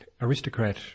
aristocrat